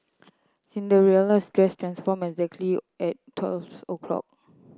Cinderella's dress transformed exactly at twelve o'clock